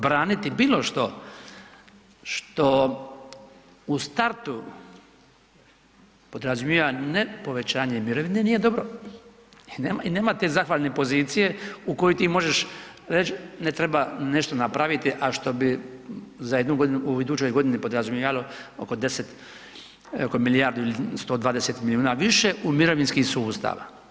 Braniti bilo što, što u startu podrazumijeva ne povećanje mirovine nije dobro i nema te zahvalne pozicije u kojoj ti možeš reć ne treba nešto napraviti, a što bi za jednu godinu u idućoj godini podrazumijevalo oko milijardu i 120 milijuna više u mirovinski sustav.